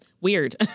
weird